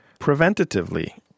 preventatively